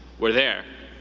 were there.